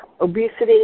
obesity